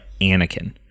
Anakin